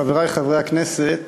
חברי חברי הכנסת,